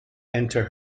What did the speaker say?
enter